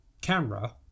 camera